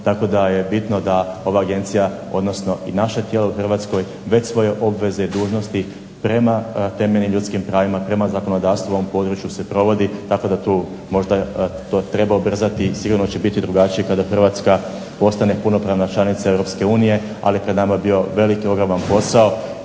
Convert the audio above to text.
tako da je bitno da ova agencija, odnosno i naše tijelo u Hrvatskoj već svoje obveze i dužnosti prema temeljnim ljudskim pravima, prema zakonodavstvu u ovom području se provodi, tako da tu možda to treba ubrzati i sigurno će biti drugačije kada Hrvatska postane punopravna članica Europske unije, ali …/Govornik se ne razumije./… veliki ogroman posao.